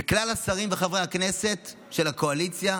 וכלל השרים וחברי הכנסת של הקואליציה,